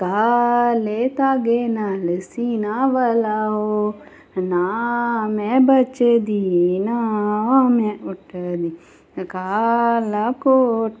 काले धागे नाल सीना भला ओह् ना में बचदी ना में उठदी काला कोट